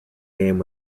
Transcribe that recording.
game